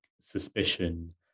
suspicion